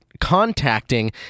contacting